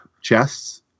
chests